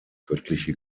göttliche